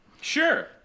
Sure